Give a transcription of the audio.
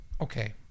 okay